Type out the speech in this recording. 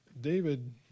David